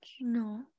No